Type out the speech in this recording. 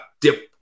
dip